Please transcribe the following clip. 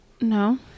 No